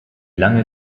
lange